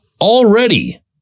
Already